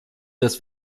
dass